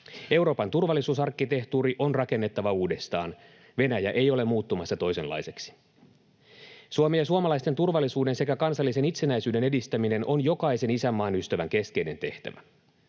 Euroopan turvallisuusarkkitehtuuri on rakennettava uudestaan, Venäjä ei ole muuttumassa toisenlaiseksi. Suomen ja suomalaisten turvallisuuden sekä kansallisen itsenäisyyden edistäminen on jokaisen isänmaan ystävän keskeinen tehtävä.